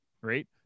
right